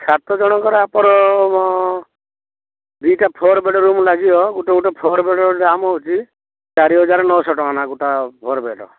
ସାତ ଜଣଙ୍କର ଆପଣ ଦୁଇଟା ଫୋର୍ ବେଡ଼୍ରୁମ୍ ଲାଗିବ ଗୋଟେ ଗୋଟେ ଫୋର୍ ବେଡ଼୍ରୁମ୍ର ଦାମ୍ ହେଉଛି ଚାରିହଜାର ନଅଶହ ଟଙ୍କା ଲେଖା ଗୋଟା ଫୋର୍ ବେଡ଼୍